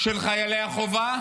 של חיילי החובה,